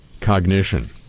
cognition